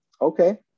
okay